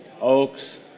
oaks